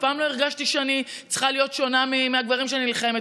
אף פעם לא הרגשתי שאני צריכה להיות שונה מהגברים כשאני נלחמת.